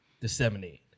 disseminate